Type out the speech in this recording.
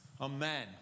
Amen